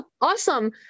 awesome